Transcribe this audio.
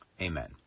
Amen